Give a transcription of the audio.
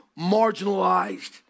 marginalized